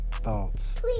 Thoughts